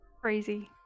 Crazy